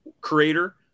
creator